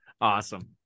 awesome